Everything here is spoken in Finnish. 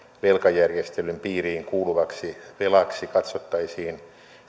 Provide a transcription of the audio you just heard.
velkajärjestelyn piiriin kuuluvaksi velaksi katsottaisiin